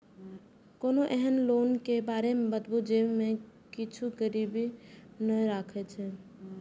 कोनो एहन लोन के बारे मे बताबु जे मे किछ गीरबी नय राखे परे?